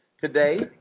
Today